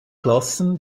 klassen